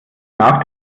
nach